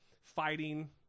fighting